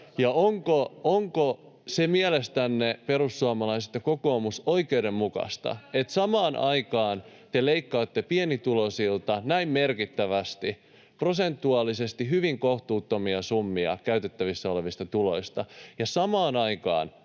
Onko se mielestänne, perussuomalaiset ja kokoomus, oikeudenmukaista, että samaan aikaan te leikkaatte pienituloisilta näin merkittävästi, prosentuaalisesti hyvin kohtuuttomia summia käytettävissä olevista tuloista ja samaan aikaan